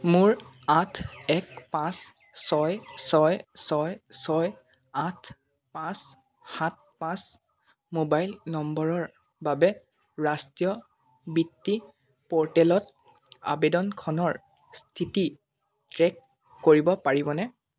মোৰ আঠ এক পাঁচ ছয় ছয় ছয় ছয় আঠ পাঁচ সাত পাঁচ মোবাইল নম্বৰৰ বাবে ৰাষ্ট্ৰীয় বৃত্তি প'ৰ্টেলত আবেদনখনৰ স্থিতি ট্ৰে'ক কৰিব পাৰিবনে